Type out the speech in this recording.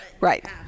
Right